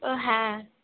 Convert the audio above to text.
হ্যাঁ